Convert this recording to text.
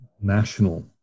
national